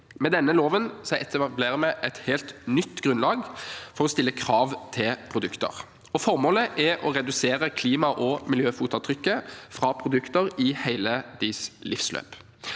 Med denne loven etablerer vi et helt nytt grunnlag for å stille krav til produkter. Formålet er å redusere klima- og miljøfotavtrykket fra produkter i hele deres livsløp.